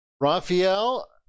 Raphael